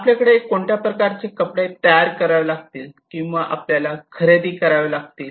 आपल्याकडे कोणत्या प्रकारचे कपडे तयार करावे लागतील किंवा आपल्याला खरेदी करावे लागतील